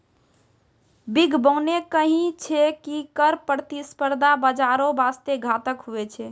बिद्यबाने कही छै की कर प्रतिस्पर्धा बाजारो बासते घातक हुवै छै